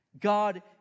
God